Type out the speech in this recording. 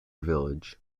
village